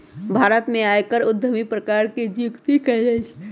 भारत में आयकर उद्धमुखी प्रकार से जुकती कयल जाइ छइ